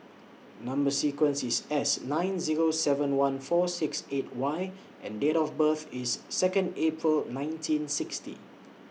Number sequence IS S nine Zero seven one four six eight Y and Date of birth IS Second April nineteen sixty